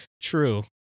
True